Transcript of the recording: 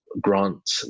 grant